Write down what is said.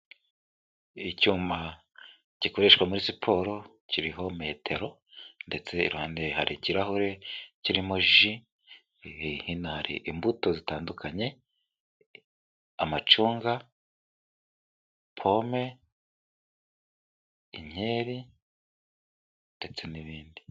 Icyuma gikoreshwa muri siporo, kiriho metero ndetse iruhande hari ikirahure kirimo ji, hino hari imbuto zitandukanye, amacunga, pome, inyeri ndetse n'ibindi.